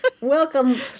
Welcome